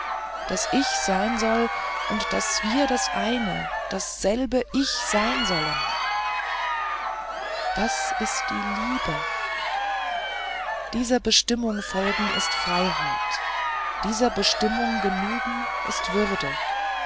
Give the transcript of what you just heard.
daß ich sein soll und daß wir das eine dasselbe ich sein sollen das ist die liebe dieser bestimmung folgen ist freiheit dieser bestimmung genügen ist würde